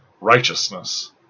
righteousness